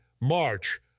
March